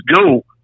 go